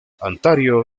ontario